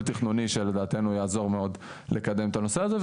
תכנוני שלדעתנו יעזור מאוד לקדם את הנושא הזה,